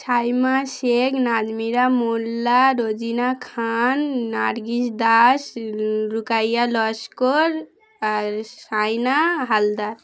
ছাইমা শেখ নাজমিরা মোল্লা রোজিনা খান নারগিস দাস রুকাইয়া লস্কর আর সাইনা হালদার